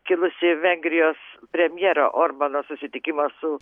kilusi vengrijos premjero orbano susitikimas su